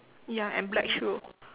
ya and black shoe